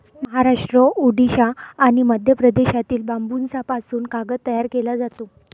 महाराष्ट्र, ओडिशा आणि मध्य प्रदेशातील बांबूपासून कागद तयार केला जातो